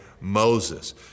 Moses